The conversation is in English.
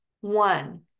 One